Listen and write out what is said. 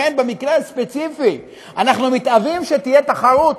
במקרה הספציפי אנחנו מתאווים שתהיה תחרות,